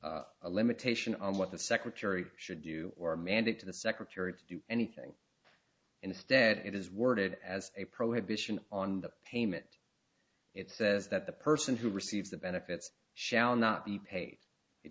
a limitation on what the secretary should do or mandate to the secretary to do anything instead it is worded as a prohibition on the payment it says that the person who receives the benefits shall not be paid it